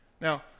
Now